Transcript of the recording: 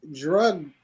drug